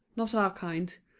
not our kind.